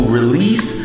release